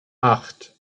acht